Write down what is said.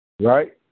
Right